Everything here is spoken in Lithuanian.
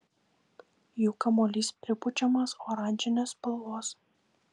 jų kamuolys pripučiamas oranžinės spalvos